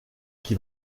qui